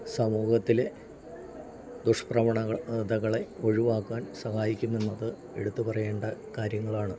സമൂഹത്തിലെ ദുഷ്പ്രവണതകളെ തകളെ ഒഴിവാക്കാൻ സഹായിക്കും എന്നത് എടുത്ത് പറയേണ്ട കാര്യങ്ങളാണ്